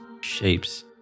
shapes